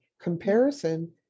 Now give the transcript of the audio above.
Comparison